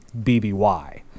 BBY